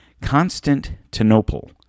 Constantinople